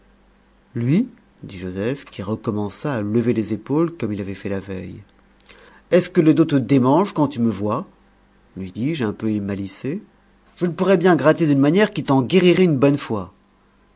lui dit joseph qui recommença à lever les épaules comme il avait fait la veille est-ce que le dos te démange quand tu me vois lui dis-je un peu émalicé je le pourrais bien gratter d'une manière qui t'en guérirait une bonne fois